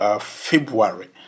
February